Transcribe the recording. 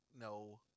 No